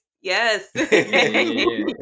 Yes